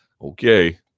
Okay